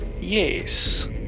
Yes